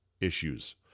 issues